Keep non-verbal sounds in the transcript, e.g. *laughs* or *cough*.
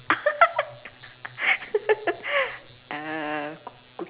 *laughs* uh